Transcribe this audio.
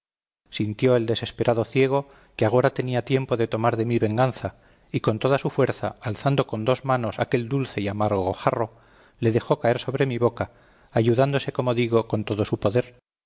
sintió el desesperado ciego que agora tenía tiempo de tomar de mí venganza y con toda su fuerza alzando con dos manos aquel dulce y amargo jarro le dejó caer sobre mi boca ayudándose como digo con todo su poder